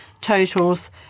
totals